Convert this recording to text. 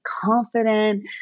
confident